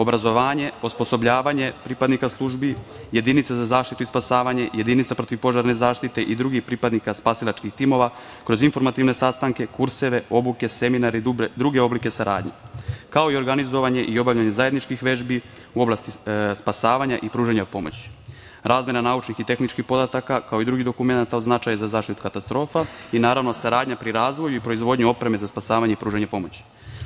Obrazovanje, osposobljavanje pripadnika službi, jedinica za zaštitu i spasavanje, jedinica protivpožarne zaštite i drugih pripadnika spasilačkih timova kroz informativne sastanke, kurseve, obuke, seminare i druge oblike saradnje, kao i organizovanje i obavljanje zajedničkih vežbi u oblasti spasavanja i pružanja pomoći, razmena naučnih i tehničkih podataka, kao i drugih dokumenata od značaja za zaštitu katastrofa i naravno saradnja pri razvoju i proizvodnji opreme za spasavanje i pružanje pomoći.